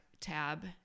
tab